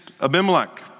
Abimelech